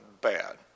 bad